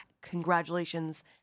Congratulations